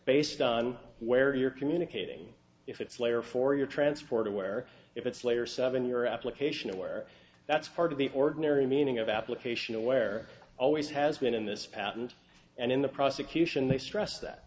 based on where you're communicating if it's layer for your transport aware if it's layer seven your application aware that's part of the ordinary meaning of application aware always has been in this patent and in the prosecution they stress that